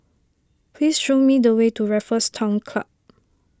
please show me the way to Raffles Town Club